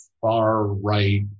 far-right